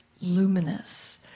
luminous